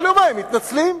כל יומיים מתנצלים.